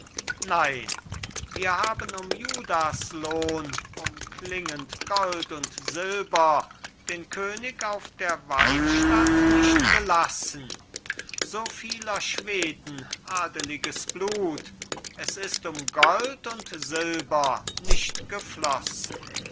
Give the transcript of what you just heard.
nein wir haben um judas lohn um klingend gold und silber den könig auf der walstatt nicht gelassen so vieler schweden adeliges blut es ist um gold und silber nicht geflossen